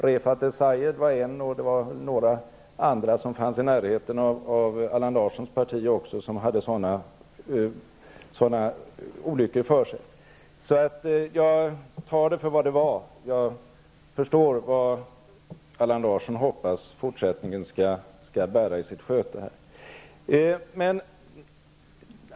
Refaat el Sayed var en och även några som stod Allan Larssons parti nära hade sådana olyckor för sig. Jag tar det för vad det var. Jag förstår vad Allan Larsson hoppas att den närmaste tiden skall bära i sitt sköte.